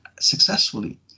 successfully